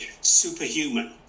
superhuman